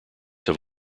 have